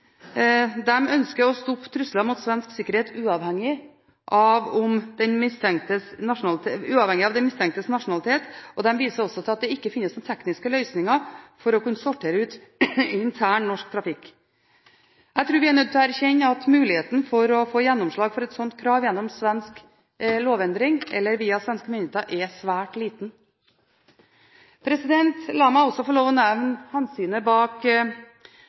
ønsker å stoppe trusler mot svensk sikkerhet uavhengig av den mistenktes nasjonalitet, og de viser også til at det ikke finnes noen tekniske løsninger for å kunne sortere ut intern norsk trafikk. Jeg tror vi er nødt til å erkjenne at muligheten for å få gjennomslag for et slikt krav gjennom svensk lovendring eller via svenske myndigheter er svært liten. La meg også få lov til å nevne hensynet bak